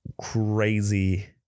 crazy